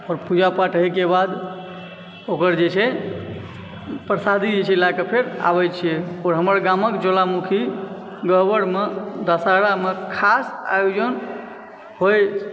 आओर पूजापाठ होइके बाद ओकर जे छै प्रसादी जे छै लएके फेर आबय छियै आओर हमर गामक ज्वालामुखी ग्वहरमे दशहरामे खास आयोजन होयत